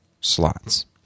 slots